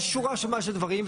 יש שורה שלמה של דברים.